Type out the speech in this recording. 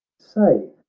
say,